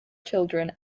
children